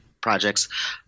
projects